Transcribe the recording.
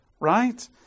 right